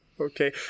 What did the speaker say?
Okay